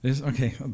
Okay